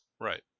right